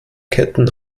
ketten